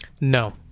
No